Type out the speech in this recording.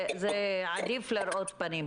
שנקראת "מגן אבות ואימהות",